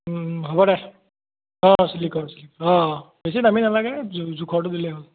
হ'ব দে অ' ছিল্কৰ ছিল্কৰ অ' বেছি দামী নালাগে জোখৰটো দিলে হ'ল